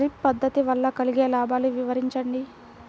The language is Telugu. డ్రిప్ పద్దతి వల్ల కలిగే లాభాలు వివరించండి?